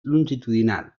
longitudinal